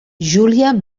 júlia